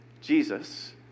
Jesus